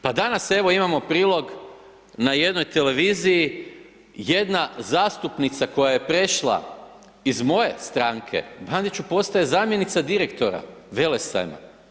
Pa danas evo imamo prilog na jednoj televiziji, jedna zastupnica koje je prešla iz moje stranke Bandiću postaje zamjenica direktora Velesajma.